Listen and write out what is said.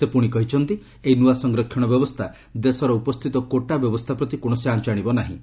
ସେ ପୁଣି କହିଛନ୍ତି ଏହି ନୂଆ ସଂରକ୍ଷଣ ବ୍ୟବସ୍ଥା ଦେଶର ଉପସ୍ଥିତ କୋଟା ବ୍ୟବସ୍ଥା ପ୍ରତି କୌଣସି ଆଞ୍ଚ ଆଣିବ ନାହିଁ